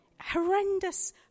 Horrendous